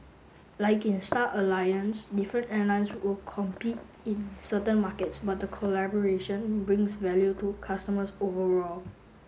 like in Star Alliance different airlines will compete in certain markets but the collaboration brings value to customers overall